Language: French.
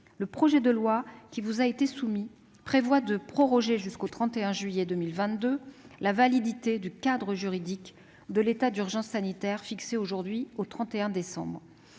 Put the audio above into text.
le projet de loi qui vous est soumis prévoit de proroger jusqu'au 31 juillet 2022 la validité du cadre juridique de l'état d'urgence sanitaire, fixée aujourd'hui au 31 décembre